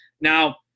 Now